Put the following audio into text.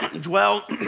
dwell